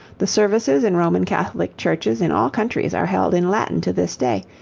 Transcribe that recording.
the services in roman catholic churches in all countries are held in latin to this day,